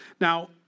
Now